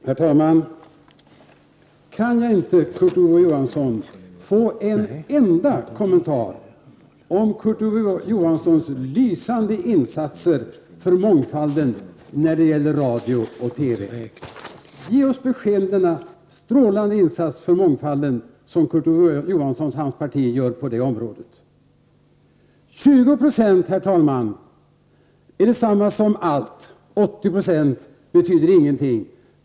Herr talman! Kan jag inte, Kurt Ove Johansson, få en enda kommentar om Kurt Ove Johanssons lysande insatser för mångfalden när det gäller radio och TV? Ge oss besked om den strålande insats för mångfalden som Kurt Ove Johansson och hans parti gör på detta område. Herr talman! 20 90 är detsamma som allt. 80 70 betyder ingenting.